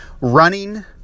running